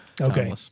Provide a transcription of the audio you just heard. Okay